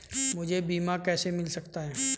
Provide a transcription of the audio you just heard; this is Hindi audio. मुझे बीमा कैसे मिल सकता है?